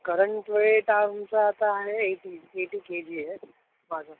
current weight आमचा आता आहे एटी एटी के जी आहे माझं